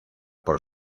por